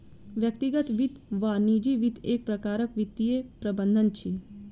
व्यक्तिगत वित्त वा निजी वित्त एक प्रकारक वित्तीय प्रबंधन अछि